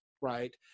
right